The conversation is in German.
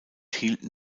hielten